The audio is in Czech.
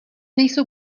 nejsou